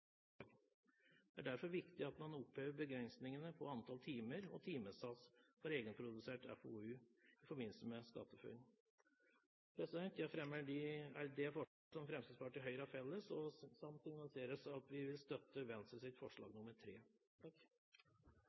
Det er derfor viktig i forbindelse med SkatteFUNN at man opphever begrensningene på antall timer og timesats for egenprodusert FoU. Jeg fremmer det forslaget som Fremskrittspartiet og Høyre er sammen om, og signaliserer at vi vil støtte Venstres forslag,